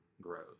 grows